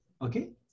okay